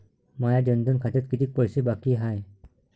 माया जनधन खात्यात कितीक पैसे बाकी हाय?